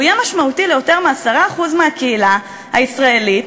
אבל הוא יהיה משמעותי ליותר מ-10% מהקהילה הישראלית,